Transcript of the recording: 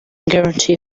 guarantee